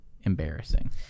embarrassing